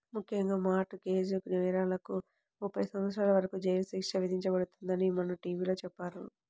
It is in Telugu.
ముఖ్యంగా మార్ట్ గేజ్ నేరాలకు ముప్పై సంవత్సరాల వరకు జైలు శిక్ష విధించబడుతుందని మొన్న టీ.వీ లో చెప్పారు